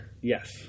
Yes